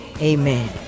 Amen